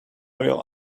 will